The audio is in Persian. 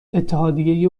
اتحادیه